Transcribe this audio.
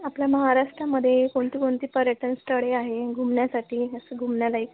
आपल्या महाराष्ट्रामध्ये कोणती कोणती पर्यटनस्थळे आहे घुमन्यासाठी असं घुमण्यालायक